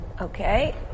Okay